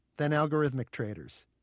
then algorithmic traders.